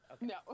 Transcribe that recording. No